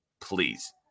please